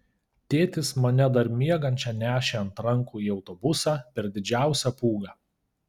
tėtis mane dar miegančią nešė ant rankų į autobusą per didžiausią pūgą